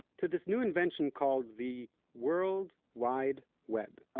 to this new invention called the world wide web